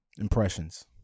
Impressions